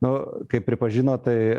nu kaip pripažino tai